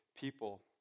people